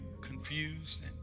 confused